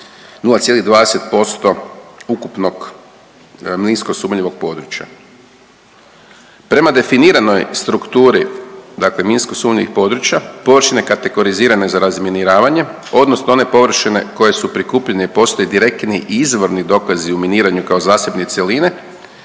0,20% ukupnog minsko sumnjivog područja. Prema definiranoj strukturi, dakle minsko sumnjivih područja, površine kategorizirane za razminiravanje, odnosno one površine koje su prikupljene i postoje direktni izvorni dokazi u miniranju kao zasebne cjeline,